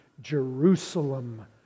Jerusalem